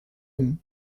ronds